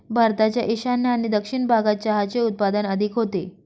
भारताच्या ईशान्य आणि दक्षिण भागात चहाचे उत्पादन अधिक होते